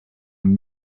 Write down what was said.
and